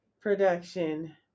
production